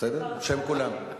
בשם כולנו.